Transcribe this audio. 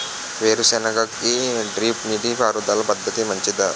వేరుసెనగ కి డ్రిప్ నీటిపారుదల పద్ధతి మంచిదా?